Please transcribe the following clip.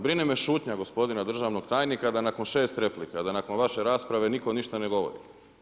Brine me šutnja gospodina državnog tajnika da nakon šest replika, da nakon vaše rasprave nitko ništa ne govori.